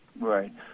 right